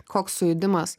koks sujudimas